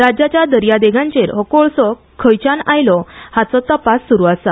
राज्याच्या दर्यादेगांचेर हो कोळसो खयच्यान आयलो हाचो तपास स्रू आसा